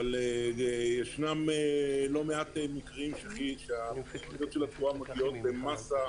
אבל ישנם לא מעט מקרים שהאוניות של התבואה מגיעות במסה,